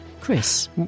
Chris